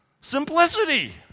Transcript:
Simplicity